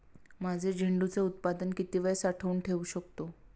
माझे झेंडूचे उत्पादन किती वेळ साठवून ठेवू शकतो?